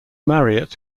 marriott